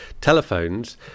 telephones